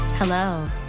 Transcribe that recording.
Hello